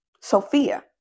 Sophia